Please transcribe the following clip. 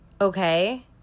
okay